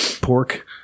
pork